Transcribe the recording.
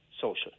social